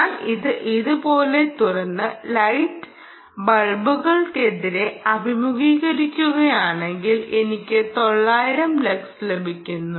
ഞാൻ ഇത് ഇതുപോലെ തുറന്ന് ലൈറ്റ് ബൾബുകൾക്കെതിരെ അഭിമുഖീകരിക്കുകയാണെങ്കിൽ എനിക്ക് 900 ലക്സ് ലഭിക്കുന്നു